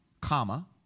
comma